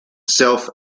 self